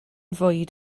fwyd